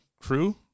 crew